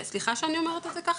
סליחה שאני אומרת את זה ככה,